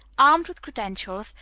armed with credentials,